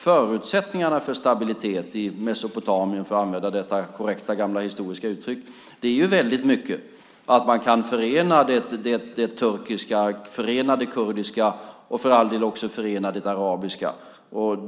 Förutsättningarna för stabilitet i Mesopotamien, för att använda det korrekta gamla historiska uttrycket, är att man kan förena det turkiska, förena det kurdiska och också förena det arabiska.